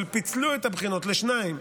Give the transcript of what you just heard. אבל פיצלו את הבחינות לשתיים,